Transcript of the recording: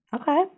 Okay